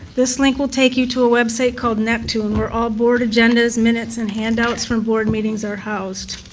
this link will take you to a website called neptune where all board agendas, minutes, and handouts for and board meetings are housed.